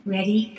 Ready